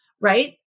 Right